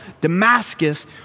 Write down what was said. Damascus